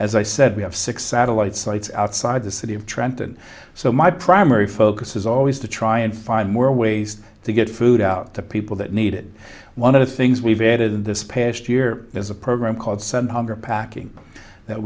as i said we have six satellite sites outside the city of trenton so my primary focus is always to try and find more ways to get food out to people that need it one of the things we've added in this past year is a program called seven hundred packing that